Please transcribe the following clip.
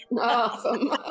Awesome